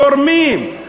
תורמים.